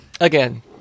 Again